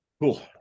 Cool